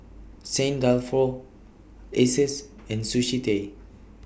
Saint Dalfour Asus and Sushi Tei